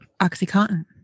Oxycontin